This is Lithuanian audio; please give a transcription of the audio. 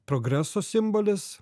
progreso simbolis